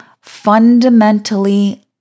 fundamentally